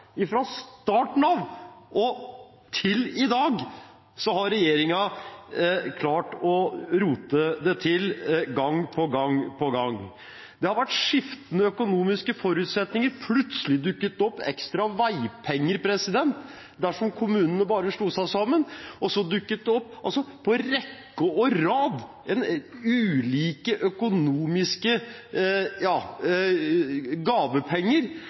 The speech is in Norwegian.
vært. Fra starten av og til i dag har regjeringen klart å rote det til gang på gang på gang. Det har vært skiftende økonomiske forutsetninger. Plutselig dukket det opp ekstra veipenger dersom kommunene bare slo seg sammen. Så dukket det opp på rekke og rad ulike økonomiske gavepenger